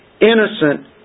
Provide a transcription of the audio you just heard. Innocent